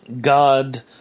God